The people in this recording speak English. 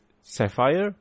Sapphire